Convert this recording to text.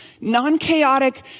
non-chaotic